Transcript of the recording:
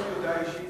יש לי הודעה אישית,